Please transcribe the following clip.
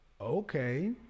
Okay